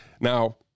now